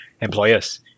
employers